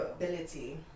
ability